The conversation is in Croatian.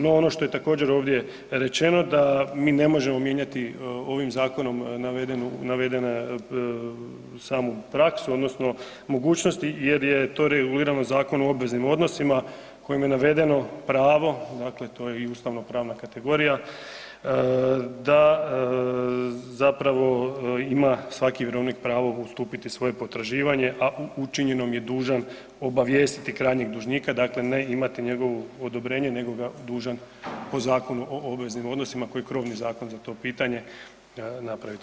No, ono što je također ovdje rečeno da mi ne možemo mijenjati ovim zakonom navedenu, navedene samu praksu odnosno mogućnosti jer je to regulirano Zakonom o obveznim odnosima kojim je navedeno pravo, dakle to je i ustavnopravna kategorija, da zapravo ima svaki vjerovnik pravo ustupiti svoje potraživanje, a o učinjenom je dužan obavijestiti krajnjeg dužnika, dakle ne imati njegovo odobrenje nego ga dužan po Zakonu o obveznim odnosima koji je krovni zakon za to pitanje, napraviti.